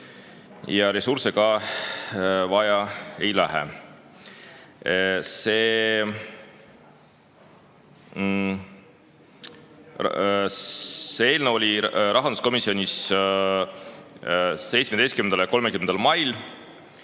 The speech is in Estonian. Ressursse ka vaja ei lähe. See eelnõu oli rahanduskomisjonis 17. ja 30. mail.